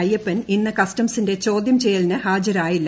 അയ്യപ്പൻ കസ്റ്റംസിന്റെ ചോദ്യം ചെയ്യലിന് ഹാജരായില്ല